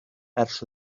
ers